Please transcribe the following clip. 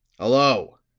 hello!